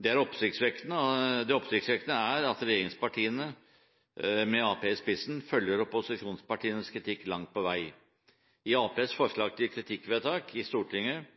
«Det oppsiktsvekkende er at regjeringspartiene med Ap i spissen følger opposisjonspartienes kritikk langt på vei. I Aps forslag til kritikkvedtak i Stortinget